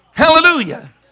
Hallelujah